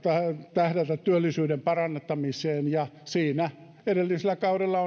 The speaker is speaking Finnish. tähdätä työllisyyden parantamiseen ja siinä hallitus edellisellä kaudella